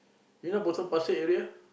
you know Potong Pasir area